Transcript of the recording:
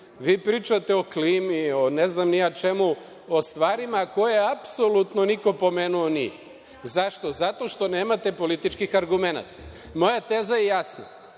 vi pričate o klimi, o ne znam ni ja o čemu, o stvarima koje apsolutno niko pomenuo nije. Zašto? Zato što nemate političkih argumenata. Moja teza je jasna,